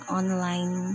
online